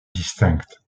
distincte